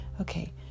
Okay